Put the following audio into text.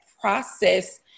process